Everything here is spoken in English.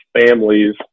families